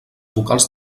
vocals